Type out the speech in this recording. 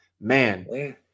man